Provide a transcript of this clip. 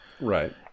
Right